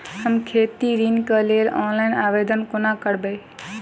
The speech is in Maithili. हम खेती ऋण केँ लेल ऑनलाइन आवेदन कोना करबै?